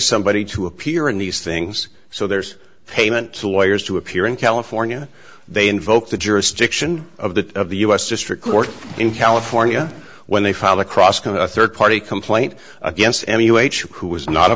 somebody to appear in these things so there's payment lawyers to appear in california they invoke the jurisdiction of the of the u s district court in california when they fall across a third party complaint against who was not a